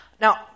Now